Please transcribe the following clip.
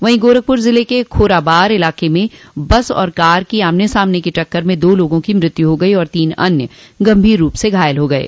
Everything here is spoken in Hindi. वहीं गोरखपुर जिले के खोराबार इलाके में बस और कार की आमने सामने की टक्कर में दो लोगों की मृत्यु हो गई और तीन अन्य गंभीर रूप से घायल हो गये